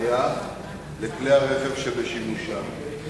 בין היתר הוכרה זכותם להסדרי חנייה לכלי הרכב שבשימושם.